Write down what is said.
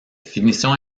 finitions